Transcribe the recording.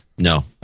No